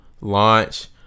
launch